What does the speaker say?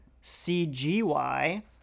C-G-Y